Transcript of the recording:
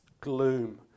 gloom